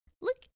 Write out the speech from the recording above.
look